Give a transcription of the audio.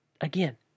again